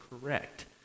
correct